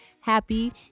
happy